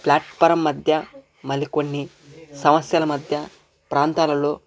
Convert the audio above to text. platform మధ్య మరికొన్ని సమస్యల మధ్య ప్రాంతాలలో